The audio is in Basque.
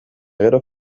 gero